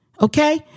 Okay